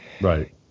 right